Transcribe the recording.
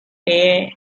air